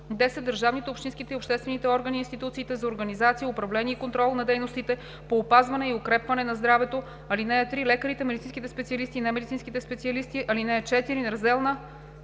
държавните, общинските и обществените органи и институции за организация, управление и контрол на дейностите по опазване и укрепване на здравето. (3) Лекарите, медицинските специалисти и немедицинските специалисти. (4) Неразделна